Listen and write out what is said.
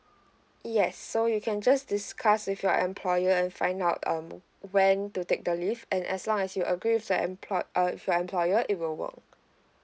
yes so you can just discuss with your employer and find out um when to take the leave and as long as you agree with the employ~ err with your employer it will work